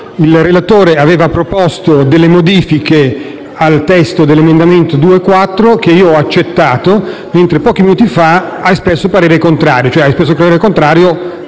egli ha proposto delle modifiche al testo dell'emendamento 2.4, che io ho accettato, mentre pochi minuti fa ha espresso parere contrario, cioè - alla fin fine - contrario